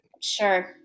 Sure